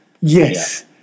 Yes